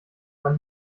man